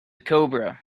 cobra